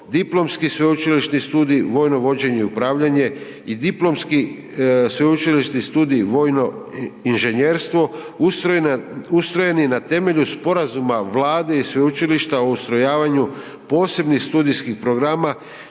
diplomski sveučilišni studij vojno vođenje i upravljanje i diplomski sveučilišni studij vojno inženjerstvo ustrojeni na temelju Sporazuma Vlade i Sveučilišta o ustrojavanju posebnih studijskih programa